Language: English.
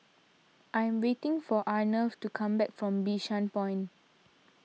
I am waiting for Arnav to come back from Bishan Point